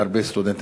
להרבה סטודנטים.